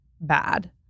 bad